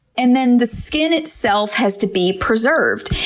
and then the skin itself has to be preserved.